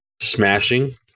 smashing